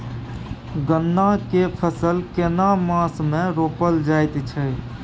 गन्ना के फसल केना मास मे रोपल जायत छै?